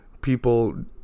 people